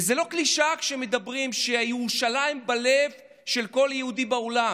וזו לא קלישאה כשאומרים שירושלים היא בלב של כל יהודי בעולם.